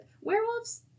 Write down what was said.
werewolves